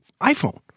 iPhone